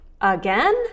again